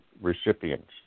recipients